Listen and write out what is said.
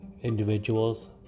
individuals